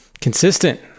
consistent